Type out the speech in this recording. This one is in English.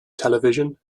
television